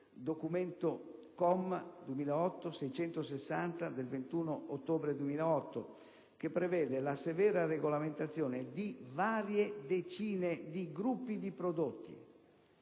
(documento COM (2008) 660 del 21 ottobre 2008), che prevede la severa regolamentazione di varie decine di gruppi di prodotti;